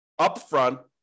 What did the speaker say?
upfront